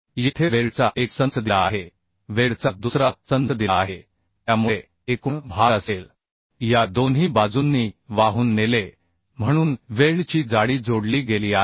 येथे वेल्डचा एक संच दिला आहे वेल्डचा दुसरा संच दिला आहे त्यामुळे एकूण भार असेल या दोन्ही बाजूंनी वाहून नेले म्हणून वेल्डची जाडी जोडली गेली आहे